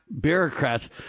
bureaucrats